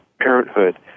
parenthood